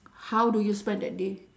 how do you spend that day